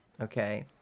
okay